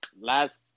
Last